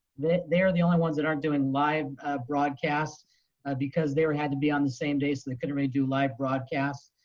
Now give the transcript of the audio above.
they're the only ones that aren't doing live broadcasts because they were had to be on the same day so they couldn't really do live broadcasts.